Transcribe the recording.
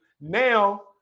Now